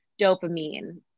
dopamine